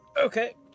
Okay